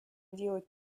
делать